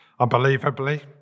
Unbelievably